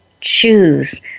choose